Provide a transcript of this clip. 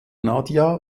nadja